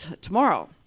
tomorrow